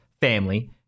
family